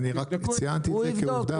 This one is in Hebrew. אני רק ציינתי את זה כעובדה,